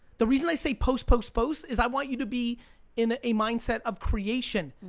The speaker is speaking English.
the reason i say post, post, post, is i want you to be in a mindset of creation.